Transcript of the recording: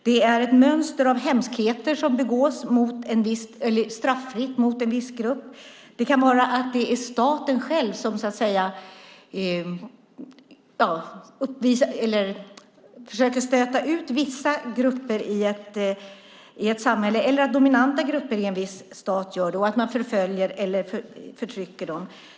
Det är ett mönster av hemskheter som begås utan straff mot en viss grupp. Det kan vara staten själv som försöker stöta ut vissa grupper från ett samhälle eller förföljer och förtrycker vissa dominanta grupper i ett område.